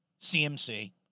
CMC